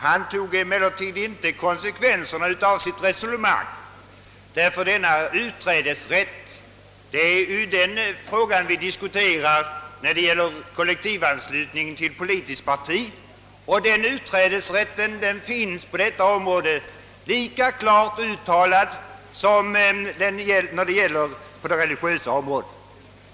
Han drog emellertid inte konsekvenserna av sitt resonemang, ty utträdesrätten — den fråga vi diskuterar när det gäller kollektivanslutning till politiskt parti -— finns på detta område lika klart uttalad som på det religiösa området.